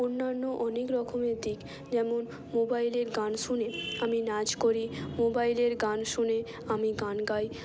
অন্যান্য অনেক রকমের দিক যেমন মোবাইলের গান শুনে আমি নাচ করি মোবাইলের গান শুনে আমি গান গাই